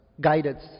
Guidance